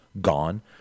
gone